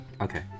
Okay